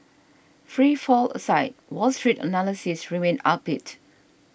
free fall aside Wall Street analysts remain upbeat